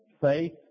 faith